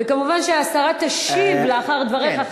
וכמובן השרה תשיב לאחר דבריך.